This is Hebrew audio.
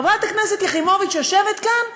חברת הכנסת יחימוביץ יושבת כאן,